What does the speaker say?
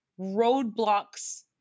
roadblocks